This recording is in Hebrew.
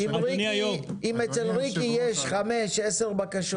אם אצל ריקי יש חמש-עשר בקשות,